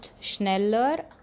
schneller